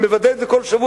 ומוודא את זה כל שבוע,